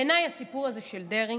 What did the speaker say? בעיניי הסיפור הזה של דרעי